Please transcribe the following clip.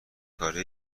کاره